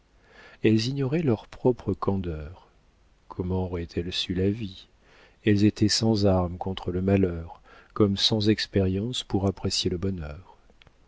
elles ignoraient leur propre candeur comment auraient-elles su la vie elles étaient sans armes contre le malheur comme sans expérience pour apprécier le bonheur